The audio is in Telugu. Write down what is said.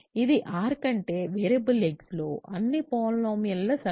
ఇది R కంటే వేరియబుల్ xలోని అన్ని పాలినోమియల్ ల సమితి